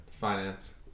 Finance